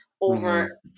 over